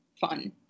fun